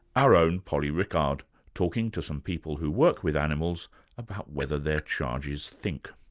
our own polly rickard talking to some people who work with animals about whether their charges think.